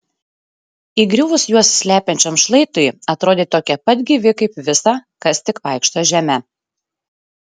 įgriuvus juos slepiančiam šlaitui atrodė tokie pat gyvi kaip visa kas tik vaikšto žeme